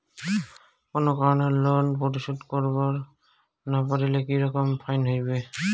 কোনো কারণে লোন পরিশোধ করিবার না পারিলে কি রকম ফাইন হবে?